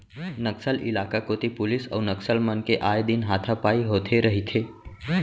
नक्सल इलाका कोती पुलिस अउ नक्सल मन के आए दिन हाथापाई होथे रहिथे